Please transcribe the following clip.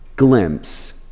glimpse